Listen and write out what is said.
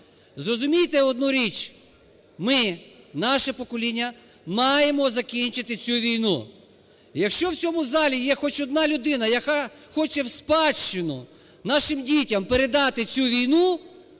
Зрозумійте одну річ: ми, наше покоління маємо закінчити цю війну. Якщо в цьому залі є хоч одна людина, яка хоче в спадщину нашим дітям передати цю війну,